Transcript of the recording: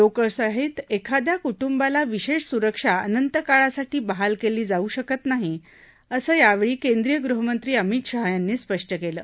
लोकशाहीत एखाद्या कुटुंबाला विश्वासुरक्षा अनंत काळासाठी बहाल क्ली जाऊ शकत नाही असं यावर्ळी केंद्रीय गृहमंत्री अमित शाह यांनी स्पष्ट कलि